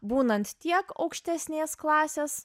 būnant tiek aukštesnės klasės